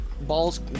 balls